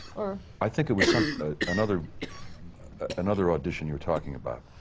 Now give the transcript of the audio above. i think it was so another another audition you were talking about.